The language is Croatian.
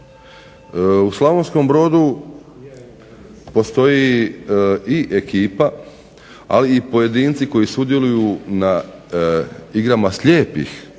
U Slavonskom Brodu postoji i ekipa, ali i pojedinci koji sudjeluju na igrama slijepih